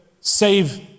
save